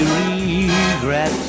regret